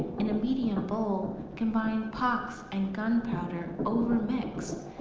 in a medium bowl, combine pox and gunpowder over mix.